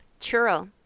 Churro